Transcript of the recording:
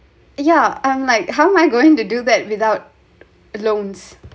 yeah I'm like how am I going to do that without loans